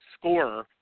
scorer